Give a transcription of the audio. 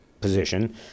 position